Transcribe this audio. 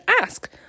ask